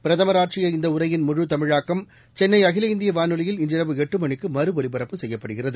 பிரதமர் ஆற்றிய இந்தஉரையின் முழு தமிழாக்கம் சென்னைஅகில இந்தியவானொலியில் இன்றிரவு எட்டுமணிக்குமறுஒலிபரப்பு செய்யப்படுகிறது